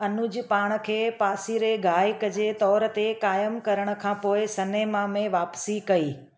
अनुज पाण खे पासीरे गाइकु जे तौर ते क़ाइम करण खां पोइ सनेमा में वापसी कई